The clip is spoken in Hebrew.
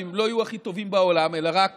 ואם הם לא יהיו הכי טובים בעולם אלא רק